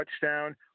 touchdown